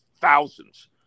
thousands